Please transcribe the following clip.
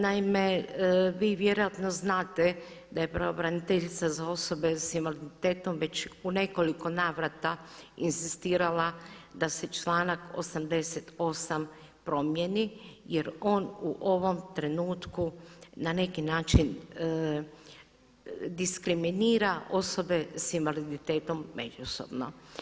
Naime, vi vjerojatno znate da je pravobraniteljica za osobe sa invaliditetom već u nekoliko navrata inzistirala da se članak 88. promijeni jer on u ovom trenutku na neki način diskriminira osobe sa invaliditetom međusobno.